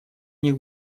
них